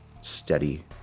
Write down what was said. steady